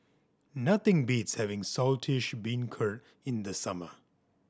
nothing beats having Saltish Beancurd in the summer